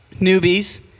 newbies